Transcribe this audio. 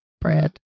bread